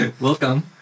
Welcome